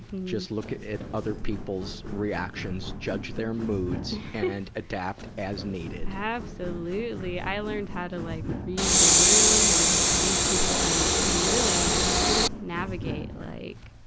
just look at other people's reactions, judge their moods, and adapt as needed. absolutely! i learned how to like read the room and just read people and, and really navigate like,